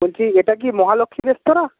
বলছি এটা কি মহালক্ষ্মী রেস্তোরাঁ